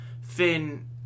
Finn